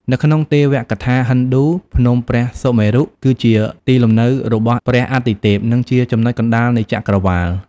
នៅក្នុងទេវកថាហិណ្ឌូ ភ្នំព្រះសុមេរុ គឺជាទីលំនៅរបស់ព្រះអាទិទេព និងជាចំណុចកណ្តាលនៃចក្រវាឡ។